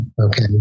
Okay